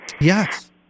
Yes